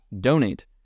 donate